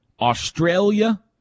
Australia